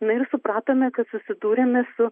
na ir supratome kad susidūrėme su